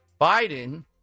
Biden